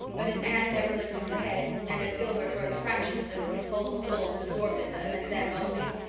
but as anne never lifted her head and as gilbert worked fractions as if his whole soul was absorbed in them and them only,